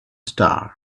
star